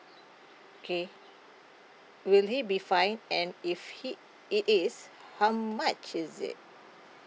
okay will he be fined and if he it is how much is it